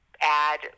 add